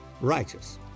righteous